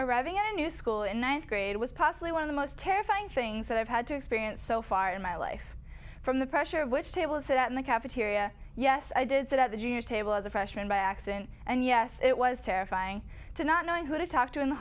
arriving at a new school in ninth grade was possibly one of the most terrifying things that i've had to experience so far in my life from the pressure of which table set in the cafeteria yes i did sit at the dinner table as a freshman by accident and yes it was terrifying to not knowing who to talk to in the